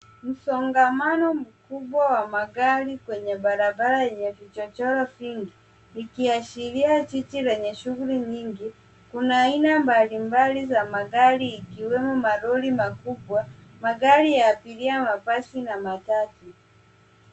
Msongamano mkubwa wa magari kwenye barabara yenye vichochoro vingi ikiashiria jiji lenye shughuli nyingi. Kuna aina mbalimbali za magari ikiwemo malori makubwa, magari ya abiria, mabasi na matatu.